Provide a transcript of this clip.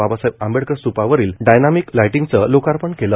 बाबासाहेब आंबेडकर स्तूपावरील डायनामिक लाईटिंगचं लोकार्पण केलं